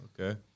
Okay